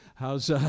How's